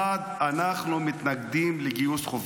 1. אנחנו מתנגדים לגיוס חובה.